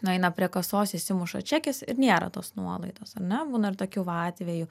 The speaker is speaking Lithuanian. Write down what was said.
nueina prie kasos išsimuša čekis ir nėra tos nuolaidos ar ne būna ir tokių va atvejų